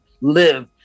live